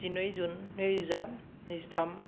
जिनै जुन नै रोजा नैजिथाम